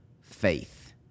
faith